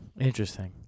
Interesting